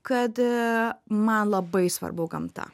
kad a man labai svarbu gamta